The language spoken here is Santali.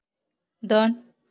ᱫᱚᱱ